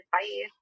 Bye